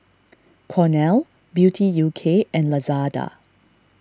Cornell Beauty U K and Lazada